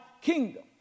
kingdom